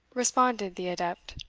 responded the adept.